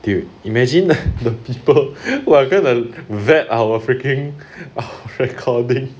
dude imagine the people who are going to vet our freaking our recording